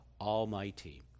Almighty